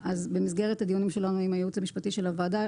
במסגרת הדיונים שלנו עם הייעוץ המשפטי של הוועדה